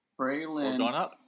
Braylon